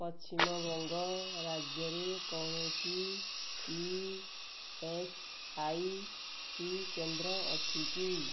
ପଶ୍ଚିମବଙ୍ଗ ରାଜ୍ୟରେ କୌଣସି E S I C କେନ୍ଦ୍ର ଅଛି କି